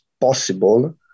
possible